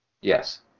Yes